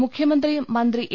മുഖ്യമന്ത്രിയും മന്ത്രി എ